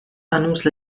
annonce